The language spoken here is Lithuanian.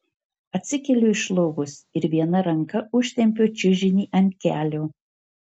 atsikeliu iš lovos ir viena ranka užtempiu čiužinį ant kelio